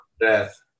death